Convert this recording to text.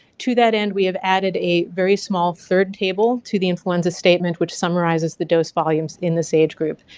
to that end we have added a very small third table to the influenza statement which summarizes the dose volumes in this age group.